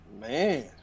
Man